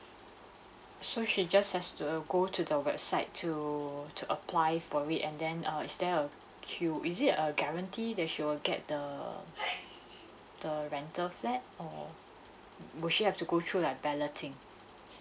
so she just has to uh go to the website to to apply for it and then uh is there a queue is it a guarantee that she will get the the rental flat or will she have to go through like balloting